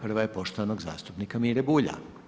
Prva je poštovanog zastupnika Mire Bulja.